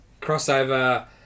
crossover